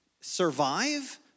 survive